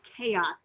chaos